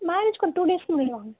மேரேஜிக்கு ஒரு two days முன்னாடி வாங்க